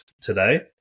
today